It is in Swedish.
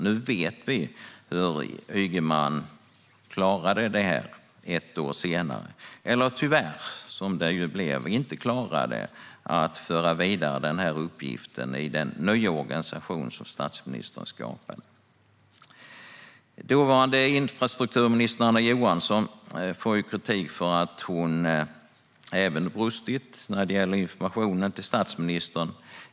Nu, ett år senare, vet vi hur Ygeman klarade det här eller - som det blev - tyvärr inte klarade att föra vidare uppgiften i den nya organisation som statsministern skapat. Gransknings-betänkande Vissa frågor rörande Transportstyrelsens outsourcing m.m. Dåvarande infrastrukturministern, Anna Johansson, får kritik för att även hon har brustit i informationen till statsministern.